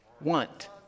want